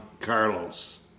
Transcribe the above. carlos